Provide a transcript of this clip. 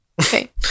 okay